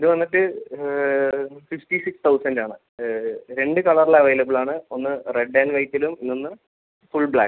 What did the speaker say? ഇത് വന്നിട്ട് fifty six thousand ആണ് രണ്ടു കളറിൽ അവൈലബിൾ ആണ് ഒന്ന് റെഡ് ആൻഡ് വൈറ്റിലും പിന്നെയൊന്ന് ഫുൾ ബ്ലാക്കും